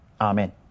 Amen